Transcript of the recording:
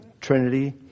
Trinity